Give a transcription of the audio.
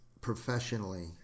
professionally